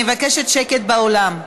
אני מבקשת שקט באולם.